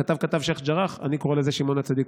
הכתב כתב "שייח' ג'ראח"; אני קורא לזה "שמעון הצדיק",